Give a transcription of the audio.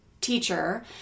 teacher